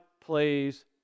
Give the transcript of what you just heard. plays